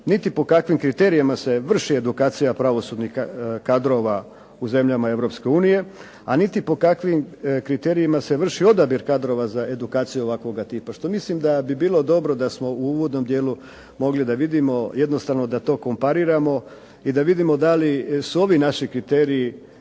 niti po kakvim kriterijima se vrši edukacija pravosudnih kadrova u zemljama Europske unije, a niti po kakvim kriterijima se vrši odabir kadrova za edukaciju ovakvoga tipa što mislim da bi bilo dobro da smo u uvodnom dijelu mogli da vidimo. Jednostavno da to kompariramo i da vidimo da li su ovi naši kriteriji